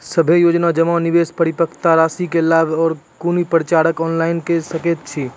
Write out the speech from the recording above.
सभे योजना जमा, निवेश, परिपक्वता रासि के लाभ आर कुनू पत्राचार ऑनलाइन के सकैत छी?